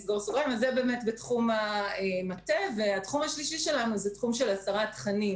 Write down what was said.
התחום השלישי שאנחנו מטפלים בו הוא הסרת תכנים